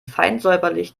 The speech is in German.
feinsäuberlich